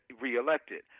reelected